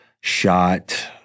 shot